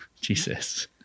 Jesus